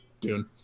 dune